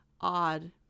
odd